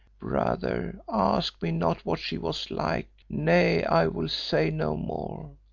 brother, ask me not what she was like, nay, i will say no more.